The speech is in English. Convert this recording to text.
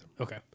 Okay